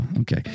okay